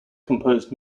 composed